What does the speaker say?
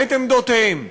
את עמדותיהם.